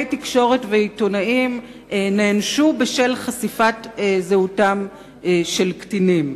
תקשורת ועיתונאים נענשו על חשיפת זהותם של קטינים.